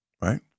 right